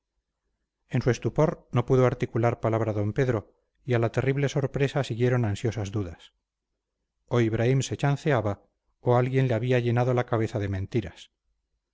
en su estupor no pudo articular palabra d pedro y a la terrible sorpresa siguieron ansiosas dudas o ibraim se chanceaba o alguien le había llenado la cabeza de mentiras